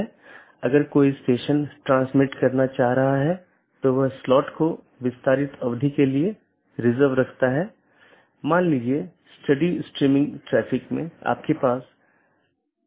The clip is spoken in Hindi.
वोह AS जो कि पारगमन ट्रैफिक के प्रकारों पर नीति प्रतिबंध लगाता है पारगमन ट्रैफिक को जाने देता है